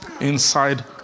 inside